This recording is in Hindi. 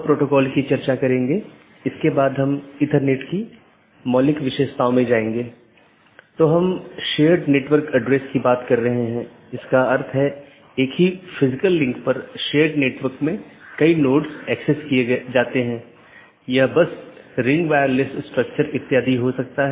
यदि आप याद करें तो हमने एक पाथ वेक्टर प्रोटोकॉल के बारे में बात की थी जिसने इन अलग अलग ऑटॉनमस सिस्टम के बीच एक रास्ता स्थापित किया था